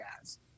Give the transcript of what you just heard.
guys